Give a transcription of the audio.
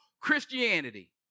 Christianity